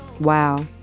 Wow